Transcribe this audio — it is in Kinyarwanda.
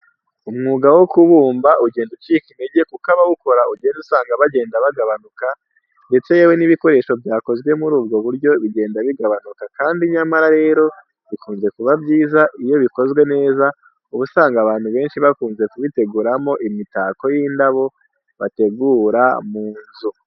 Umwuga wo kubumba ugenda ucika intege kuko abawukora ugenda usanga bagenda bagabanuka ndetse yewe n'ibikoresho byakozwe muri ubwo buryo bigenda bigabanuka, kandi nyamara rero bikunze kuba byiza iyo bikozwe neza uba usanga abantu benshi bakunze kubiteguramo imitako y'indabo bategura mu nzu.